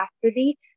capacity